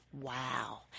Wow